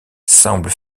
semble